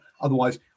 Otherwise